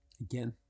Again